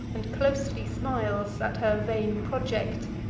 and closely smiles at her vain project,